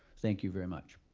thank you very much.